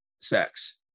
sex